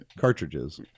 Cartridges